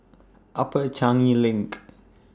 Upper Changi LINK